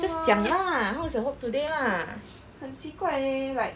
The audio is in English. just 讲 lah how's your work today lah